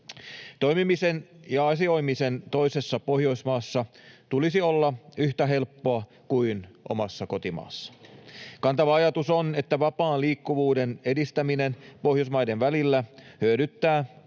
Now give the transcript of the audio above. Toimimisen ja asioimisen toisessa Pohjoismaassa tulisi olla yhtä helppoa kuin omassa kotimaassa. Kantava ajatus on, että vapaan liikkuvuuden edistäminen Pohjoismaiden välillä hyödyttää